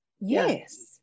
Yes